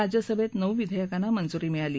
राज्यसभेत नऊ विधेयकांना मंजुरी मिळाली